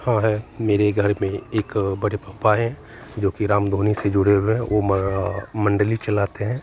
हाँ है मेरे घर में एक बड़े पापा हैं जोकि रामधुनी से जुड़े हुए हैं वो मण्डली चलाते हैं